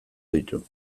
ditu